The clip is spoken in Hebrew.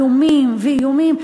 איומים ואיומים.